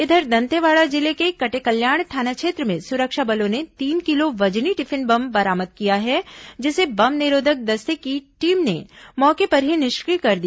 इधर दंतेवाड़ा जिले के कटेकल्याण थाना क्षेत्र में सुरक्षा बलों ने तीन किलो वजनी टिफिन बम बरामद किया है जिसे बम निरोधक दस्ते की टीम ने मौके पर ही निष्क्रिय कर दिया